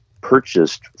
purchased